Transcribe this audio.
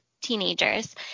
teenagers